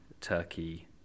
Turkey